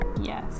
Yes